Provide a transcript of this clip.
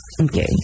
Okay